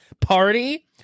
party